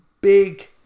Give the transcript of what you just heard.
big